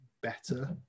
better